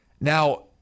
Now